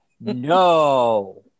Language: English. no